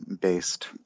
based